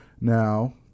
Now